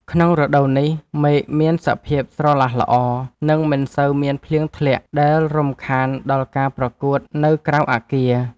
ក្នុងរដូវនេះ មេឃមានសភាពស្រឡះល្អ និងមិនសូវមានភ្លៀងធ្លាក់ ដែលរំខានដល់ការប្រកួតនៅក្រៅអគារ។